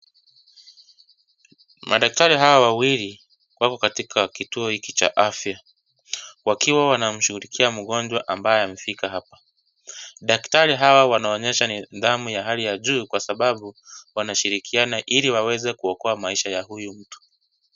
Madaktari hawa wawili wako katika kituo hiki cha afya wakiwa wanamshughulikia mgonjwa ambaye amefika hapa. Daktari hawa wanaonyesha nidhamu ya hali ya juu kwa sababu wanashrikiana ili waweze kuokoa maisha ya huyu mtu.